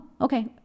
okay